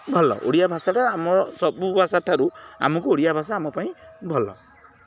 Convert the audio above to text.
ଭଲ ଓଡ଼ିଆ ଭାଷାଟା ଆମ ସବୁ ଭାଷା ଠାରୁ ଆମକୁ ଓଡ଼ିଆ ଭାଷା ଆମ ପାଇଁ ଭଲ